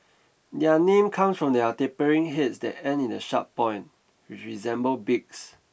their name comes from their tapering heads that end in a sharp point which resemble beaks